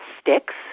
sticks